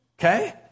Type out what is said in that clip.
Okay